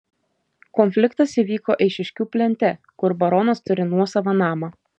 konfliktas įvyko eišiškių plente kur baronas turi nuosavą namą